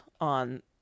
on